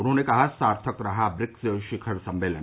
उन्होंने कहा सार्थक रहा ब्रिक्स शिखर सम्मेलन